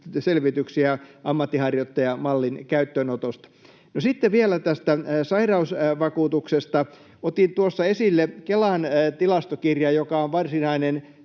selvityksiä ammatinharjoittajamallin käyttöönotosta. No, sitten vielä tästä sairausvakuutuksesta. Otin tuossa esille Kelan tilastokirjan, joka on varsinainen